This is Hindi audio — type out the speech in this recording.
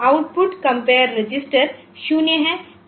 तो आउटपुट कंपेयर रजिस्टर 0 है